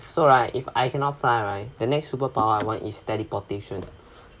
so right if I cannot fly right the next superpower I want is teleportation